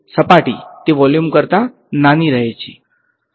સપાટી તે વોલ્યુમ કરતા નાની રહે છે